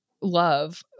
love